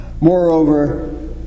Moreover